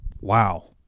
wow